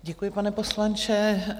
Děkuji, pane poslanče.